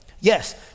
Yes